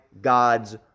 God's